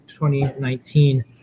2019